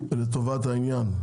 לטובת העניין,